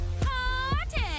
party